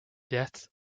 death